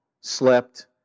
slept